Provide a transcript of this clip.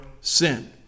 sin